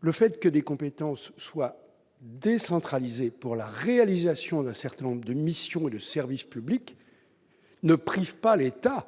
le fait que des compétences soient décentralisées en vue de la réalisation d'un certain nombre de missions de service public ne prive pas l'État